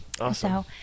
Awesome